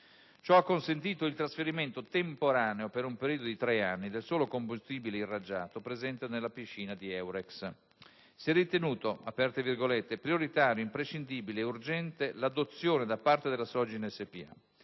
Ciò ha consentito il trasferimento temporaneo, per un periodo di tre anni, del solo combustibile irraggiato presente nella piscina di Eurex. Si è ritenuto «prioritario, imprescindibile e urgente l'adozione, da parte della Sogin S.p.A»